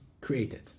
created